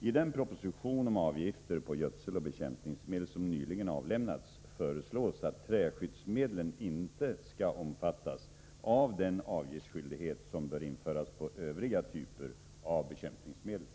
I den proposition om avgifter på gödseloch bekämpningsmedel som nyligen avlämnats föreslås att träskyddsmedlen inte skall omfattas av den avgiftsskyldighet som bör införas på övriga typer av bekämpningsmedel.